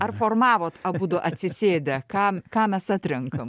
ar formavot abudu atsisėdę ką ką mes atrenkam